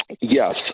Yes